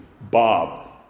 Bob